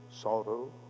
sorrow